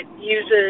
uses